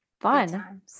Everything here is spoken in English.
Fun